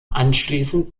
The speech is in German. anschließend